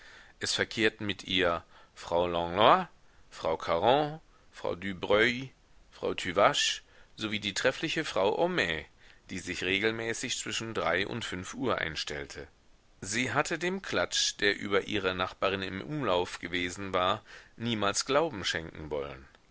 es verkehrten mit ihr frau langlois frau caron frau dübreuil frau tüvache sowie die treffliche frau homais die sich regelmäßig zwischen drei und fünf uhr einstellte sie hatte dem klatsch der über ihre nachbarin im umlauf gewesen war niemals glauben schenken wollen